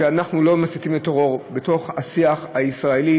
אנחנו לא מסיתים לטרור בתוך השיח הישראלי